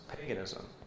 paganism